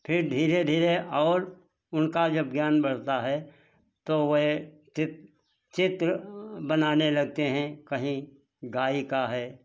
फिर धीरे धीरे और उनका जब ज्ञान बढ़ता है तो वह चित चित्र बनाने लगते हैं कहीं गाय का है